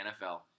NFL